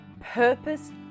purpose